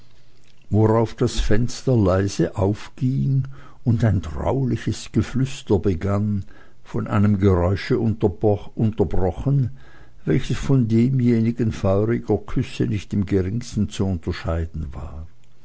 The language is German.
worauf das fenster leise aufging und ein trauliches geflüster begann von einem geräusche unterbrochen welches von demjenigen feuriger küsse nicht im geringsten zu unterscheiden war